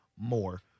more